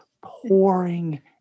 pouring